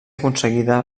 aconseguida